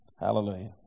hallelujah